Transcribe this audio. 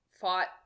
fought